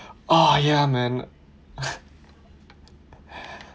oh ya man